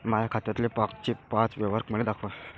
माया खात्यातले मागचे पाच व्यवहार मले दाखवा